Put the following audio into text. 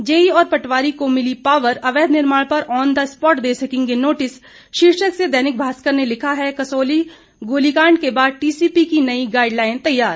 JEE और पटवारी को मिली पावर अवैध निर्माण पर ऑन द स्पॉट दे सकेंगे नोटिस शीर्षक से दैनिक भास्कर ने लिखा है कसौली गोलीकांड के बाद टीसीपी की नई गाइडलाइन तैयार